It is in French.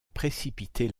précipiter